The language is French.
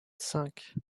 cinq